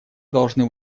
должны